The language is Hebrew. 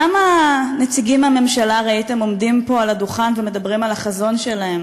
כמה נציגים מהממשלה ראיתם עומדים פה על הדוכן ומדברים על החזון שלהם